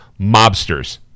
Mobsters